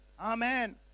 amen